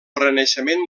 renaixement